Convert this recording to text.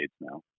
now